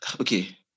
okay